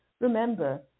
remember